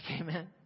amen